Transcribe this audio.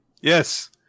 Yes